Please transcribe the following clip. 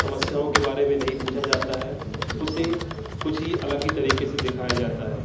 समस्याओं के बारे में नहीं पूछा जाता है उसे कुछ ही अलग ही तरीक़े से दिखाया जाता है